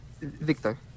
Victor